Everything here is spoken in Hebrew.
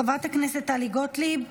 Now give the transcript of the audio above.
חברת הכנסת טלי גוטליב,